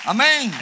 Amen